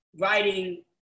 writing